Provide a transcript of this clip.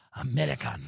American